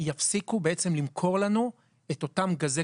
ויפסיקו בעצם למכור לנו את אותם גזי